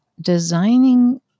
Designing